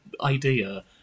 idea